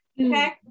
okay